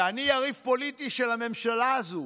ואני יריב פוליטי של הממשלה הזו,